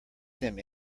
them